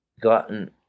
gotten